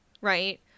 right